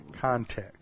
context